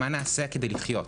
מה נעשה כדי לחיות?